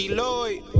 Lloyd